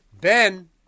Ben